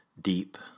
deep